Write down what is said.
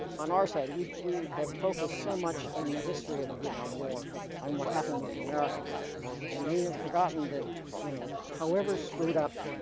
on our side we have focused so much in the history of the vietnam war on what happened with the americans and we have forgotten that you know how ever screwed up